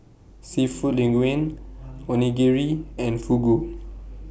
Seafood Linguine Onigiri and Fugu